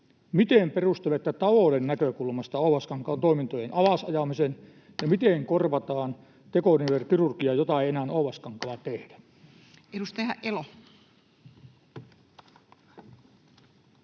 miten perustelette talouden näkökulmasta Oulaskankaan toimintojen alas ajamisen, ja miten korvataan tekonivelkirurgia, jota ei enää Oulaskankaalla tehdä? Edustaja Elo.